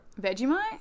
Vegemite